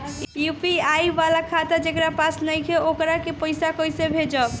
UPI वाला खाता जेकरा पास नईखे वोकरा के पईसा कैसे भेजब?